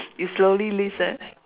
you slowly list ah